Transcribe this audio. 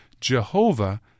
Jehovah